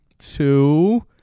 two